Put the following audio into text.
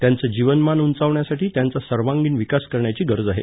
त्याचं जीवनमान उंचावण्यासाठी त्यांचा सर्वांगीण विकास करण्याची गरज आहे